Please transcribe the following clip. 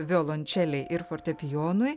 violončelei ir fortepijonui